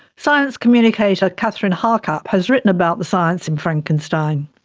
science communicator kathryn harkup has written about the science in frankenstein.